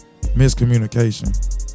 Miscommunication